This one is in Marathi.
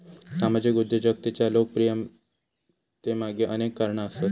सामाजिक उद्योजकतेच्या लोकप्रियतेमागे अनेक कारणा आसत